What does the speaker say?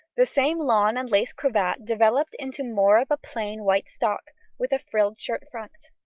the same lawn and lace cravat developed into more of a plain white stock, with a frilled shirt-front.